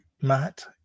Matt